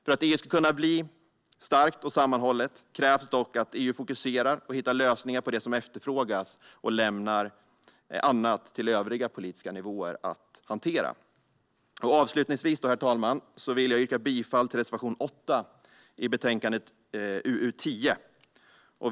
För att EU ska unna bli starkt och sammanhållet krävs dock att EU fokuserar och hittar lösningar på det som efterfrågas och lämnar annat till övriga politiska nivåer att hantera. Avslutningsvis, herr talman, vill jag yrka bifall till reservation 8 i betänkande UU10.